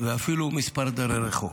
ואפילו מספר דרי רחוב.